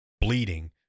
bleeding